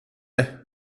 det